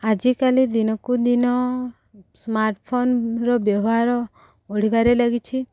ଆଜିକାଲି ଦିନକୁ ଦିନ ସ୍ମାର୍ଟଫୋନ୍ର ବ୍ୟବହାର ବଢ଼ିବାରେ ଲାଗିଛି